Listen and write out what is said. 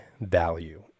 value